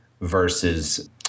versus